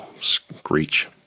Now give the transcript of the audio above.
Screech